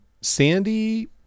Sandy